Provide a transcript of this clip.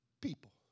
people